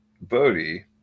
Bodhi